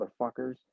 motherfuckers